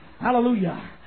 hallelujah